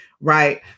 right